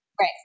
Right